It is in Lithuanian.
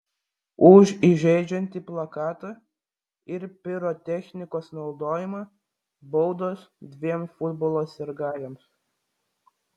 už įžeidžiantį plakatą ir pirotechnikos naudojimą baudos dviem futbolo sirgaliams